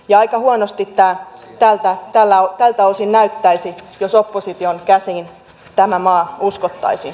ja aika huonolta tämä tältä osin näyttäisi jos opposition käsiin tämä maa uskottaisiin